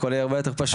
הכל יהיה יותר פשוט.